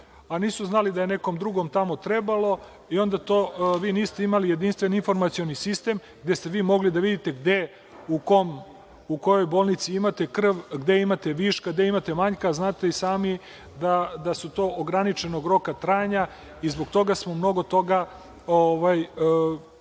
a nisu znali da je nekom drugom tamo trebalo, i onda nismo imali jedinstven informacioni sistem gde biste vi mogli da vidite gde i u kojoj bolnici imate krv, gde imate viška, gde imate manjka, a znate i sami da su to ograničenog roka trajanja i zbog toga mnogo toga nismo